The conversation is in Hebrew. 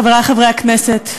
חברי חברי הכנסת,